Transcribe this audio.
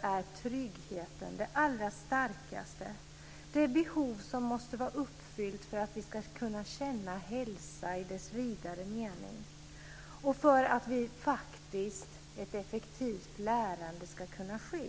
är tryggheten det allra starkaste. Det är det behov som måste vara uppfyllt för att hälsan i dess vidare mening ska finnas och för att ett effektivt lärande ska kunna ske.